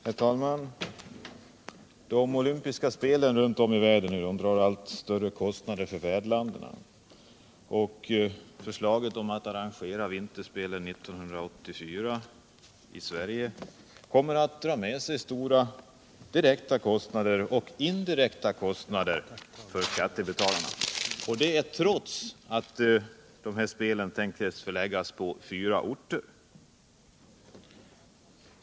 Herr talman! De olympiska spelen runt om i världen drar allt större kostnader för värdländerna. Förslaget om att arrangera vinterspelen 1984: Sverige kommer att dra med sig stora direkta och indirekta kostnader för skattebetalarna. detta trots att spelen enligt planerna skall förläggas till fyra orter.